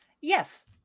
Yes